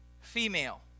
female